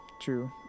True